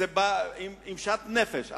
וזה בא עם שאט נפש.